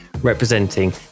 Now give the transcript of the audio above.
representing